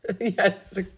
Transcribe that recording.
Yes